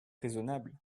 raisonnable